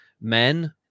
men